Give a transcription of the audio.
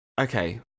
okay